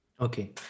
Okay